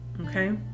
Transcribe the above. Okay